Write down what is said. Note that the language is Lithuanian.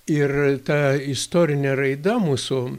ir ta istorinė raida mūsų